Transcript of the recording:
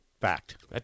Fact